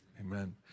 amen